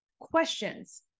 Questions